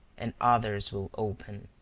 and others will open.